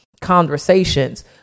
conversations